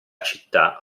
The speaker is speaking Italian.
città